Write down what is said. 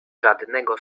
żadnego